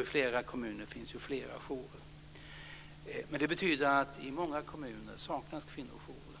I flera kommuner finns flera jourer. Men det betyder att det i många kommuner saknas kvinnojourer.